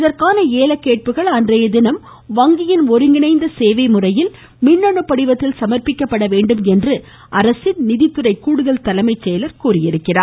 இதற்கான ஏலக்கேட்புகள் அன்றைய தினம் வங்கியின் ஒருங்கிணைந்த சேவை முறையில் மின்னணு படிவத்தில் சமர்ப்பிக்கப்படவேண்டும் என்று அரசு நிதித்துறை கூடுதல் தலைமைச் செயலர் தெரிவித்திருக்கிறார்